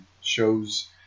shows